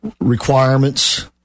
requirements